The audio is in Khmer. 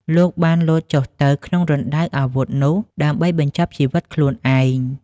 លោកបានលោតចុះទៅក្នុងរណ្ដៅអាវុធនោះដើម្បីបញ្ចប់ជីវិតខ្លួនឯង។